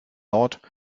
nord